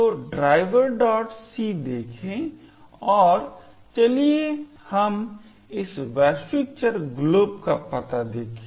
तो driverc देखें और चलिए हम इस वैश्विक चर glob का पता देखें